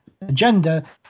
agenda